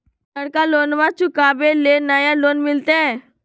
पुर्नका लोनमा चुकाबे ले नया लोन मिलते?